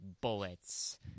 bullets